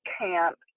camp